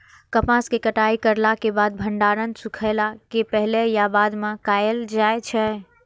कपास के कटाई करला के बाद भंडारण सुखेला के पहले या बाद में कायल जाय छै?